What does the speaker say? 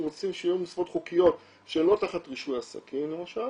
רוצים שיהיו מסיבות חוקיות שלא תחת רישוי עסקים למשל,